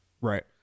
Right